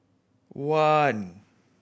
one